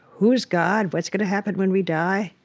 who is god? what's going to happen when we die?